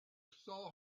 saw